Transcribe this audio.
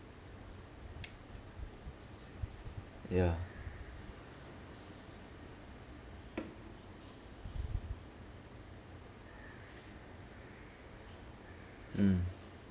ya mm